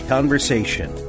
Conversation